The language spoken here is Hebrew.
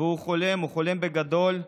והוא חולם, וחולם בגדול.